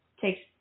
takes